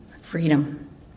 freedom